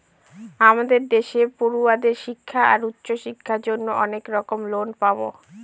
আমাদের দেশে পড়ুয়াদের শিক্ষা আর উচ্চশিক্ষার জন্য অনেক রকম লোন পাবো